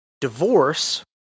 divorce